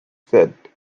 said